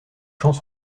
chants